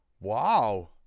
Wow